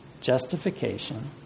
justification